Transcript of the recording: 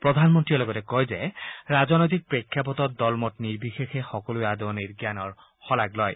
প্ৰধানমন্তী লগতে কয় যে ৰাজনৈতিক প্ৰেক্ষাপটত দল মত নিৰ্বিশেষে সকলোবে আডৱানীৰ জ্ঞানৰ শঁলাগ লয়